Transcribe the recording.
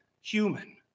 human